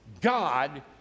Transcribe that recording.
God